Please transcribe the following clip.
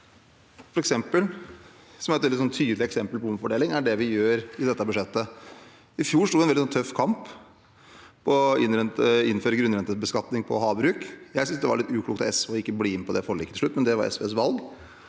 grep vi gjør nå. Et tydelig eksempel på omfordeling er det vi gjør i dette budsjettet. I fjor sto vi i en veldig tøff kamp for å innføre grunnrentebeskatning på havbruk. Jeg syns det var litt uklokt av SV ikke å bli med på det forliket til slutt, men det var SVs valg.